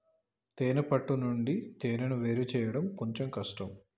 తేనే పట్టు నుండి తేనెను వేరుచేయడం కొంచెం కష్టం